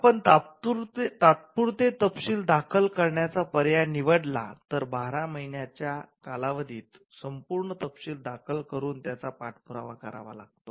आपण तात्पुरते तपशील दाखल करण्याचा पर्याय निवडला तर १२महिन्यांच्या कालावधीत संपूर्ण तपशील दाखल करून त्याचा पाठपुरावा करावा लागतो